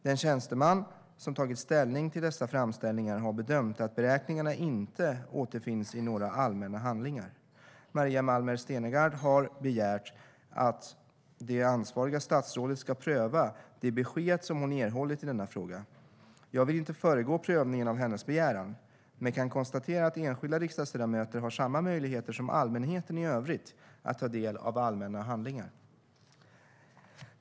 Den tjänsteman som tagit ställning till dessa framställningar har bedömt att beräkningarna inte återfinns i några allmänna handlingar. Maria Malmer Stenergard har begärt att det ansvariga statsrådet ska pröva det besked som hon erhållit i denna fråga. Jag vill inte föregå prövningen av hennes begäran men kan konstatera att enskilda riksdagsledamöter har samma möjligheter som allmänheten i övrigt att ta del av allmänna handlingar.